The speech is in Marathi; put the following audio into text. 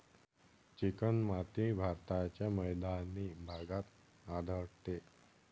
चिकणमाती भारताच्या मैदानी भागात आढळते